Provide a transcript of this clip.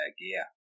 gear